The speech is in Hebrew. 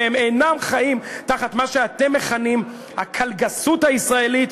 והם אינם חיים תחת מה שאתם מכנים הקלגסות הישראלית,